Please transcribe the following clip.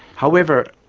however,